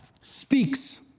speaks